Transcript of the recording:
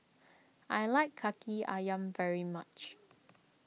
I like Kaki Ayam very much